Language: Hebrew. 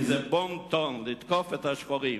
כי זה בון-טון: לתקוף את 'השחורים'".